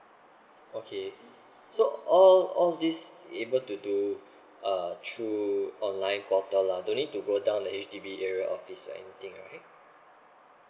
okay so all all this able to do uh through online portal lah don't need to go down the H_D_B area office or anything right